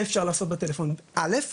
אפשר יהיה לעשות בטלפון, זה א'.